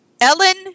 Ellen